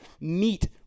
meet